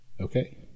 Okay